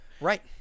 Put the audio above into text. Right